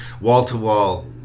wall-to-wall